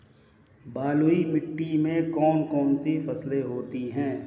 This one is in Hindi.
बलुई मिट्टी में कौन कौन सी फसलें होती हैं?